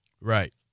Right